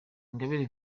ingabire